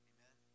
Amen